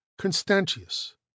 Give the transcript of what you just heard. Constantius